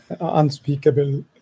Unspeakable